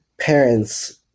parents